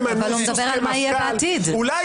אולי,